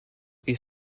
ils